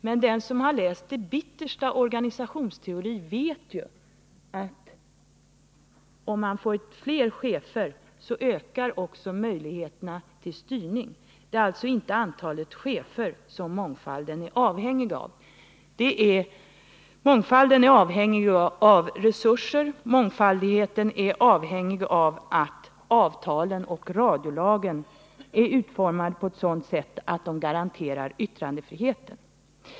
Men den som har läst det allra Nr 102 minsta av organisationsteori vet ju att om man får fler chefer ökar också möjligheterna till styrning. Det är alltså inte antalet chefer som mångfalden är avhängig av. Mångfalden är avhängig av resurser och av att avtalen och radiolagen är utformade på ett sådant sätt att de garanterar yttrandefriheten.